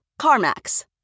CarMax